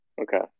Okay